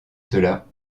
cela